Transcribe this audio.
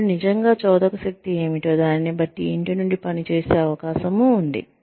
మరియు నిజంగా చోదక శక్తి ఏమిటో దానిబట్టి ఇంటి నుండి పని చేసే అవకాశం ఉంది